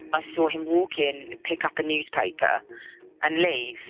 i saw him walk in, pick up a newspaper and leave